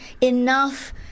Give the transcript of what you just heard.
enough